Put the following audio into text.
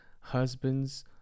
husbands